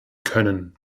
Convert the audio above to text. können